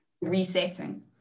Resetting